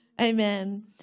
Amen